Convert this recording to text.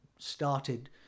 started